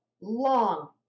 long